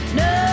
no